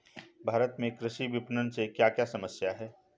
भारत में कृषि विपणन से क्या क्या समस्या हैं?